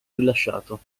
rilasciato